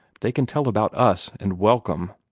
they can tell about us and welcome.